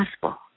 possible